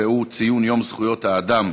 והוא ציון יום זכויות האדם,